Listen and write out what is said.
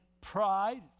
pride